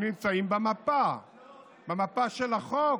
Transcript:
הם נמצאים במפה של החוק.